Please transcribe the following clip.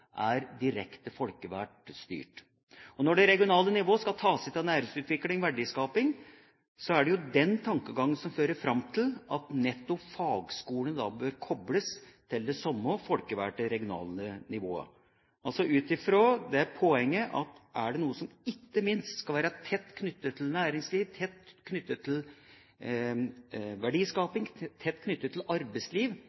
skal ta seg av næringsutvikling og verdiskaping, er jo tankegangen at nettopp fagskolene bør kobles til det samme folkevalgte regionale nivået, ut fra poenget: Er det noe som ikke minst skal være tett knyttet til næringsliv, tett knyttet til